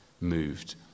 moved